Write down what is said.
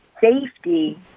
safety